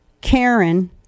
Karen